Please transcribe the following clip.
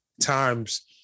times